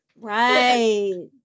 right